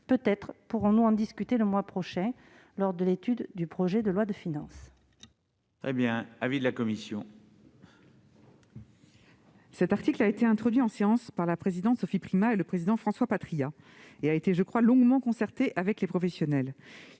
Peut-être pourrions-nous en discuter le mois prochain, lors de l'examen du projet de loi de finances ? Quel est l'avis de la commission ? Cet article a été introduit en commission par la présidente Sophie Primas et le président François Patriat ; il me semble qu'il a été longuement concerté avec les professionnels